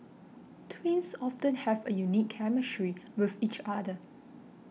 twins often have a unique chemistry with each other